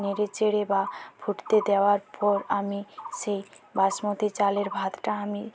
নেড়ে চেড়ে বা ফুটতে দেওয়ার পর আমি সেই বাসমতি চালের ভাতটা আমি